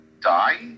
die